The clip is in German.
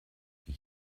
die